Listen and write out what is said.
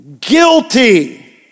Guilty